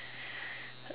okay so